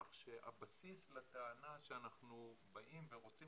כך שהבסיס לטענה שאנחנו באים ורוצים